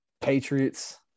Patriots –